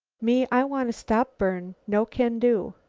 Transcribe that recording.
me, i wanna stop burn. no can do.